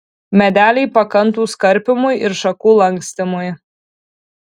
medeliai pakantūs karpymui ir šakų lankstymui